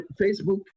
Facebook